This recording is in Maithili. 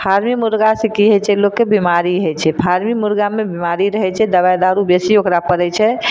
फार्मी मुर्गासँ की होइ छै लोककेँ बिमारी होइ छै फार्मी मुर्गामे बेमारी रहै छै दबाइ दारू बेसी ओकरा पड़ैत छै